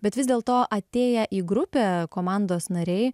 bet vis dėlto atėję į grupę komandos nariai